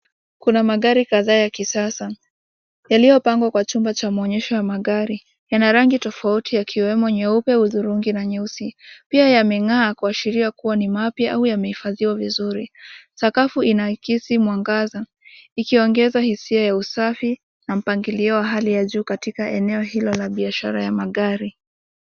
Kuna magari kadhaa ya kisasa iliyopangwa kwa chumba cha maonyesho ya magari. Yana rangi tofauti yakiwemo nyeupe, hudhurungi na nyeusi, pia yameng'aa kuashiria ni mapya au yamehifadhiwa vizuri. Sakafu inaakisi mwanganza ikiongezea hisia ya usafi na mpangilio wa hali ya juu katika eneo hilo la biashara ya magari.